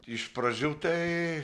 iš pradžių tai